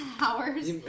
hours